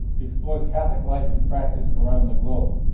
explores catholic life and practice around the globe.